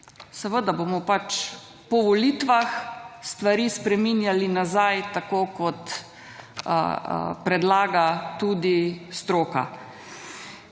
Seveda bomo po volitvah stvari spreminjali nazaj tako kot predlaga tudi stroka.